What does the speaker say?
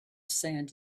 sand